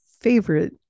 favorite